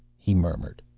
he murmured.